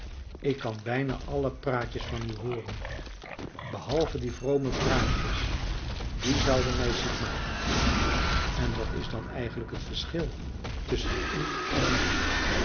ik kan bijna alle praatjes van u hooren behalve die vrome praatjes die zouden mij ziek maken en wat is dan eigenlijk het verschil tusschen u en mij